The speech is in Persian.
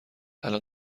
الآن